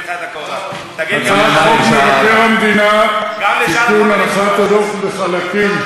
הצעת חוק מבקר המדינה (תיקון, הנחת הדוח בחלקים),